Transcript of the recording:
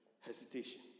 Hesitation